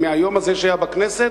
מהיום הזה בכנסת,